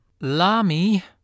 Lami